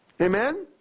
Amen